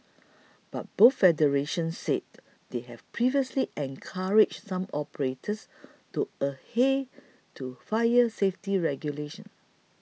but both federations said they had previously encouraged some operators to adhere to fire safety regulations